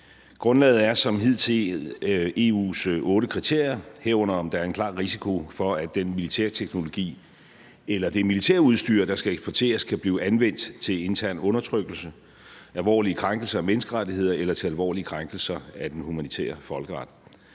Grundlaget er som hidtil EU's otte kriterier, herunder om der er en klar risiko for, at den militære teknologi eller det militærudstyr, der skal eksporteres, kan blive anvendt til intern undertrykkelse, alvorlige krænkelser af menneskerettigheder eller til alvorlige krænkelser af den humanitære folkeret.